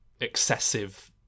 excessive